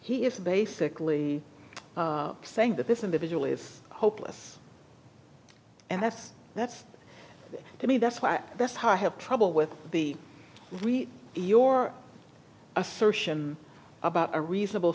he is basically saying that this individual is hopeless and that's that's to me that's why that's why i have trouble with the your assertion about a reasonable